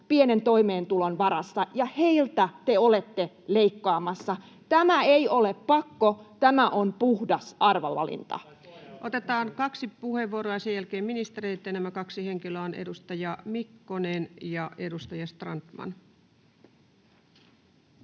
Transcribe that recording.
pienen toimeentulon varassa, ja heiltä te olette leikkaamassa. Tämä ei ole pakko, tämä on puhdas arvovalinta. Otetaan kaksi puheenvuoroa ja sen jälkeen ministereitten. Nämä kaksi henkilöä ovat edustaja Mikkonen ja edustaja Strandman.